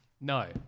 No